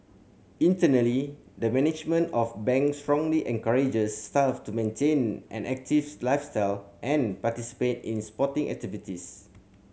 internally the management of Bank strongly encourages staff to maintain an active lifestyle and participate in sporting activities